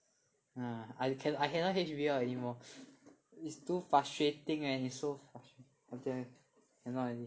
yeah I cannot I cannot H_B_L anymore is too frustrating leh it's so frustrating